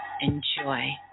enjoy